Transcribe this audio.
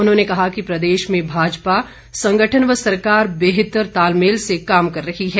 उन्होंने कहा कि प्रदेश में भाजपा संगठन व सरकार बेहतर तालमेल से काम कर रही है